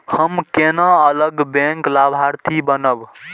हम केना अलग बैंक लाभार्थी बनब?